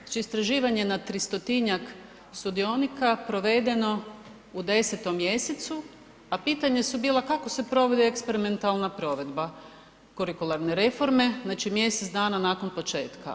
Znači istraživanje nad 300 sudionika, provedeno u 10. mj. a pitanja su bila kako se provodi eksperimentalna provedba kurikularne reforme, znači mjesec dana nakon početka.